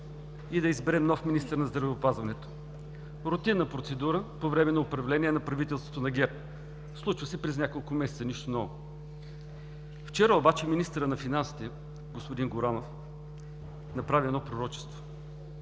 и да изберем нов министър на здравеопазването. Рутинна процедура по време на управление на правителството на ГЕРБ. Случва се през няколко месеца, нищо ново. Вчера обаче министърът на финансите господин Горанов направи едно пророчество,